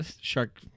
shark